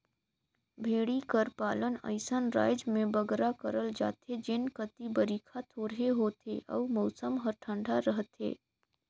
भेंड़ी कर पालन अइसन राएज में बगरा करल जाथे जेन कती बरिखा थोरहें होथे अउ मउसम हर ठंडा रहथे